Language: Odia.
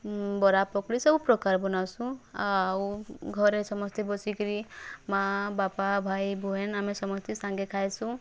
ବାରା ପକୁଡ଼ି ସବୁ ପ୍ରକାର୍ ବନାସୁଁ ଆଉ ଘରେ ସମସ୍ତେ ବସିକିରି ମାଆ ବାପା ଭାଇ ବୋହେନ୍ ଆମେ ସମସ୍ତେ ସାଙ୍ଗେ ଖାଇସୁଁ